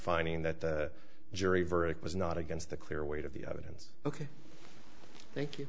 finding that the jury verdict was not against the clear weight of the evidence ok thank you